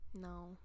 No